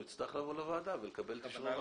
הוא יצטרך לבוא לוועדה ולקבל את אישור הוועדה.